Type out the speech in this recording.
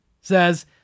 says